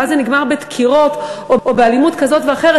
ואז זה נגמר בדקירות או באלימות כזאת ואחרת,